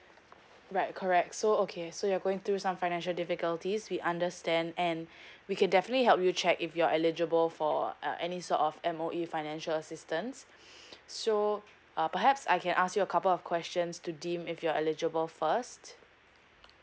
right correct so okay so you're going through some financial difficulties we understand and we can definitely help you check if you're eligible for uh any sort of M_O_E financial assistance so uh perhaps I can ask you a couple of questions to deem if you're eligible first